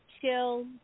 chill